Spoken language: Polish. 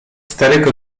starego